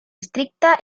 estricta